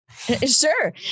Sure